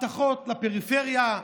הבטחות לפריפריה,